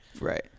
Right